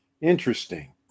interesting